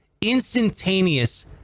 instantaneous